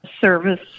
service